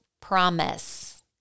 promise